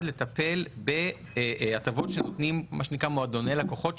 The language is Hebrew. לטפל בהטבות שנותנים מה שנקרא מועדוני לקוחות,